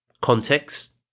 Context